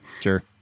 Sure